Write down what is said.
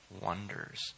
wonders